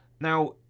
Now